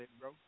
bro